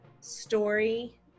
story